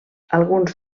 alguns